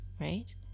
right